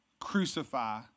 crucify